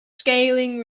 scaling